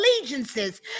allegiances